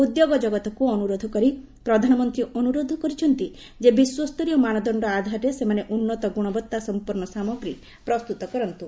ଉଦ୍ୟୋଗ ଜଗତକୃ ଅନୁରୋଧ କରି ପ୍ରଧାନମନ୍ତୀ ଅନୁରୋଧ କରିଛନ୍ତି ଯେ ବିଶ୍ୱସରୀୟ ମାନଦଣ୍ଡ ଆଧାରରେ ସେମାନେ ଉନ୍ନତ ଗୁଶବତ୍ତା ସମ୍ମନ୍ନ ସାମଗ୍ରୀ ପ୍ରସ୍ତୁତ କରନ୍ନୁ